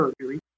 surgery